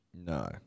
no